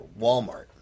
Walmart